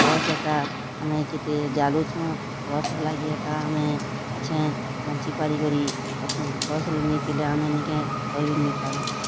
ଗଛ୍ ଏକା ଆମେ କେତେ ଜାଲୁଛୁଁ ଗଛ୍ ଲାଗି ଏକା ଆମେ ଏଛେନ୍ ବଞ୍ଚି ପାରିକରି ଅଛୁଁ ଗଛ୍ ନେଇଁ ଥିଲେ ଆମେ ନେଇଁ କେଁ ରହି ବି ନେଇଁ ପାରୁଁ